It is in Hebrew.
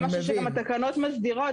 זה לא משהו שגם התקנות מסדירות.